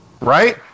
right